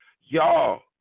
Y'all